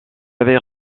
avez